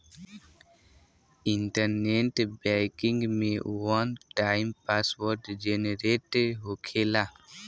internet banking में one time password generate होखेला